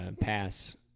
pass